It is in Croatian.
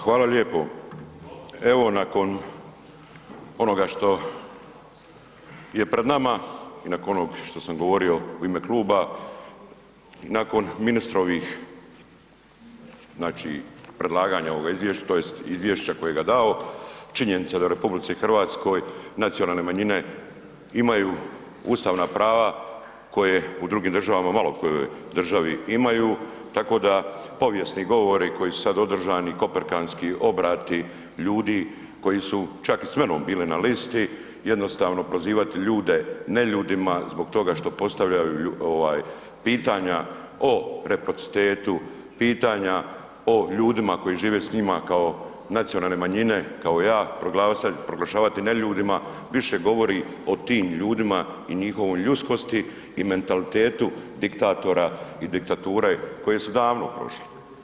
Hvala lijepo. evo nakon onoga što je pred nama i nakon onog što sam govorio u ime kluba, nakon ministrovih, znači predlaganja ovog izvješća tj. izvješća kojega je dao, činjenica je da je u RH nacionalne manjine imaju ustavna prava koje u drugim državama, u malo kojoj državi imaju tako da povijesni govori koji su sada održani, koperkanski obrati ljudi koji su čak i s menom bili na listi, jednostavno prozivati ljude neljudima zbog toga što postavljaju pitanja o reciprocitetu, pitanja o ljudima koji žive s njima kao nacionalne manjine, kao ja, proglašavati neljudima, više govori o tim ljudima i njihovoj ljudskosti i mentalitetu diktatora i diktature koje su davno prošle.